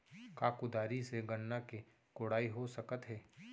का कुदारी से गन्ना के कोड़ाई हो सकत हे?